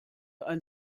ein